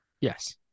Yes